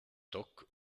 dock